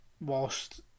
whilst